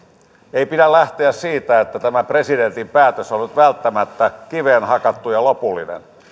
ei pidä lähteä siitä että tämä presidentin päätös on nyt välttämättä kiveen hakattu ja lopullinen